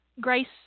Grace